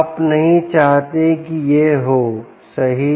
आप नहीं चाहते कि यह हो सही